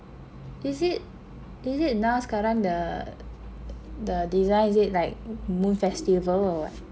is it is it now sekarang the the design is it like moon festival or what